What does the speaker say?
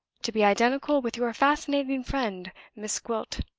to be identical with your fascinating friend, miss gwilt.